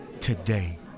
today